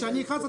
כשאני אכעס,